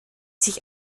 sich